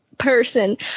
person